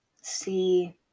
see